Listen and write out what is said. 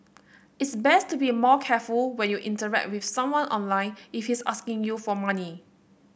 it's best to be more careful when you interact with someone online if he's asking you for money